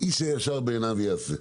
איש הישר בעיניו יעשה.